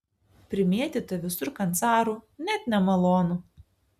primėtyta visur kancarų net nemalonu